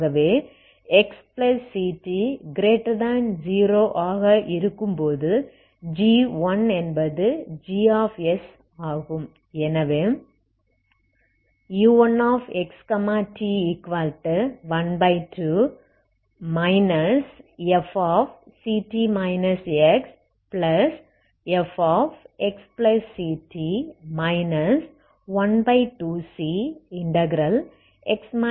ஆகவே xct0ஆக இருக்கும் போது g1என்பது g ஆகும்